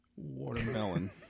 Watermelon